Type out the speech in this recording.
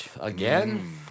again